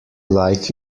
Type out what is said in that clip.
like